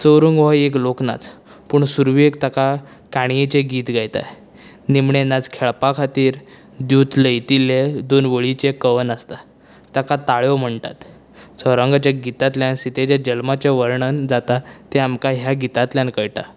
चौरंग हो एक लोकनाच पूण सुरवेक ताका काणयेचें गीत गायता निमणें नाच खेळपा खातीर दिवच लेतील्ले दोन वळीचें कवन आसता ताका ताळीयो म्हणटात चौरंगाचे गितांतल्यान सितेचे जल्माचें वर्णन जाता तें आमकां ह्या गितांतल्यान कळटा